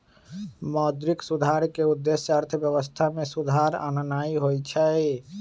मौद्रिक सुधार के उद्देश्य अर्थव्यवस्था में सुधार आनन्नाइ होइ छइ